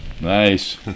Nice